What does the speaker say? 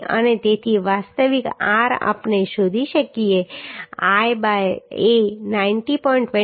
અને તેથી વાસ્તવિક r આપણે શોધી શકીએ કે I બાય A 90